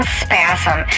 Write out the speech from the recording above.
spasm